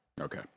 Okay